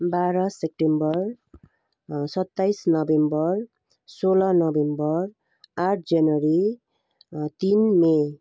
बाह्र सेप्टेम्बर सत्ताइस नोभेम्बर सोह्र नोभेम्बर आठ जनवरी तिन मई